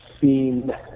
seen